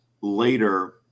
later